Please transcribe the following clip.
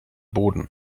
boden